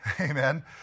amen